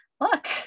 look